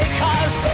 cause